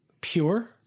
Pure